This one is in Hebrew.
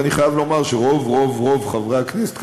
ואני חייב לומר שרוב רוב רוב חברי הכנסת,